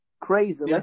Crazy